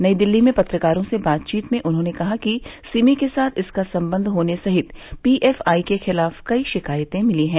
नई दिल्ली में पत्रकारों से बातचीत में उन्होंने कहा कि सिमी के साथ इसका संबंध होने सहित पीएफआई के खिलाफ कई शिकायतें मिली हैं